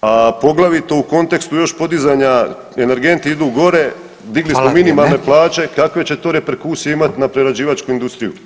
a poglavito u kontekstu još podizanja energenti idu gore, digli smo minimalne plaće kakve će to reperkusije imati na prerađivačku industriju.